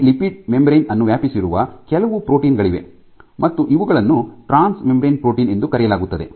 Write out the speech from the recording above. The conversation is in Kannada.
ಇಡೀ ಲಿಪಿಡ್ ಮೆಂಬರೇನ್ ಅನ್ನು ವ್ಯಾಪಿಸಿರುವ ಕೆಲವು ಪ್ರೋಟೀನ್ ಗಳಿವೆ ಮತ್ತು ಇವುಗಳನ್ನು ಟ್ರಾನ್ಸ್ಮೆಂಬ್ರೇನ್ ಪ್ರೋಟೀನ್ ಎಂದು ಕರೆಯಲಾಗುತ್ತದೆ